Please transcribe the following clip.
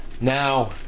Now